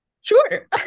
Sure